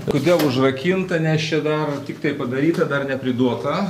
kodėl užrakinta nes čia dar tiktai padaryta dar nepriduota